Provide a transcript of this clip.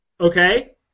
Okay